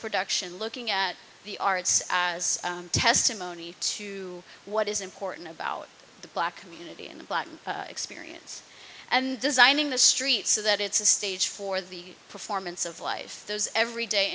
production looking at the arts as a testimony to what is important about the black community in the black experience and designing the streets so that it's a stage for the performance of life those everyday